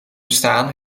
bestaan